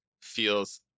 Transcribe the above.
feels